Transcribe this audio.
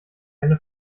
keine